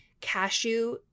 cashew